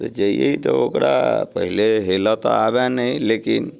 तऽ जैयै तऽ ओकरा पहिले हेलय तऽ आबए नहि लेकिन